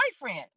boyfriend